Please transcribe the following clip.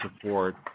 support